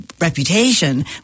reputation